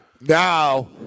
now